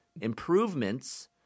improvements